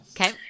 Okay